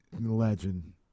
legend